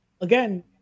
again